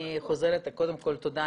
קודם כל תודה,